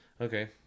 Okay